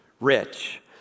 rich